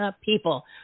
people